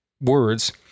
words